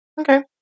Okay